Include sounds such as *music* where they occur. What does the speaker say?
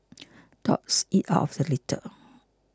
*noise* dogs eat out of the litter